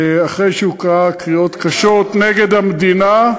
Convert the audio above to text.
אחרי שהוא קרא קריאות קשות נגד המדינה,